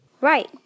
Right